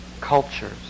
cultures